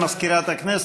תודה למזכירת הכנסת.